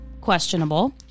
questionable